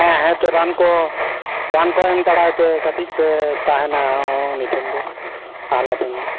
ᱦᱮᱸ ᱦᱮᱛᱳ ᱨᱟᱱ ᱠᱚ ᱨᱟᱱ ᱠᱚ ᱮᱢ ᱦᱟᱛᱟᱲᱟᱭ ᱯᱮ ᱠᱟᱹᱴᱤᱡ ᱯᱮ ᱛᱟᱦᱮᱱᱟ ᱩᱱᱤ ᱴᱷᱮᱱ ᱜᱮ ᱟᱞᱦᱟᱴᱷᱮᱱ ᱜᱮ